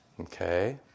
Okay